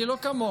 אני לא כמוך,